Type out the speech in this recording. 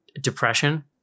depression